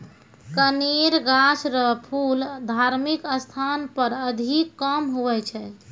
कनेर गाछ रो फूल धार्मिक स्थान पर अधिक काम हुवै छै